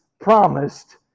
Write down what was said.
promised